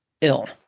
ill